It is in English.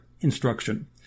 instruction